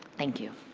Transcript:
thank you.